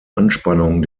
anspannung